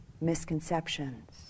misconceptions